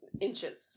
Inches